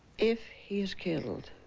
if he is killed